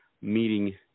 meeting